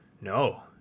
No